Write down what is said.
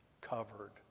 covered